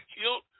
killed